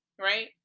Right